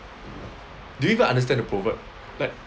do you even understand the proverb like